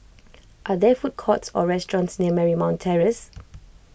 are there food courts or restaurants near Marymount Terrace